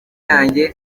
yanjye